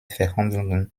verhandlungen